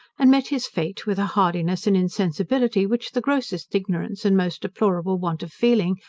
and met his fate with a hardiness and insensibility, which the grossest ignorance, and most deplorable want of feeling,